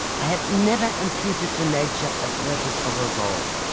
i have never imputed to nature a purpose or a goal,